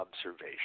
observation